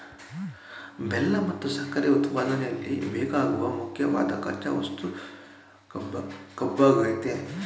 ಬೆಲ್ಲ ಮತ್ತು ಸಕ್ಕರೆ ಉತ್ಪಾದನೆಯಲ್ಲಿ ಬೇಕಾಗುವ ಮುಖ್ಯವಾದ್ ಕಚ್ಚಾ ವಸ್ತು ಕಬ್ಬಾಗಯ್ತೆ